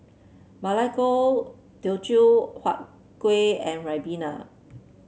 Ma Lai Gao Teochew Huat Kueh and Ribena